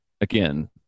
Again